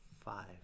five